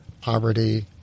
poverty